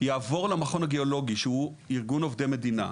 יעבור למכון הגיאולוגי, שהוא ארגון עובדי מדינה.